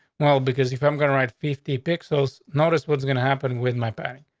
well, because if i'm gonna write fifty picks, those noticed what's gonna happen with my back?